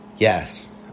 Yes